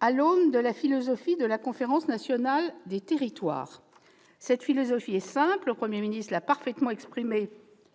à l'aune de la philosophie de la Conférence nationale des territoires. Cette philosophie est simple, et le Premier ministre l'a parfaitement exprimée